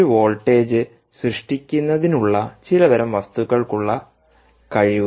ഒരു വോൾട്ടേജ് സൃഷ്ടിക്കുന്നതിനുള്ള ചില തരം വസ്തുക്കൾക്ക് ഉളള കഴിവ്